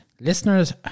listeners